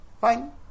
fine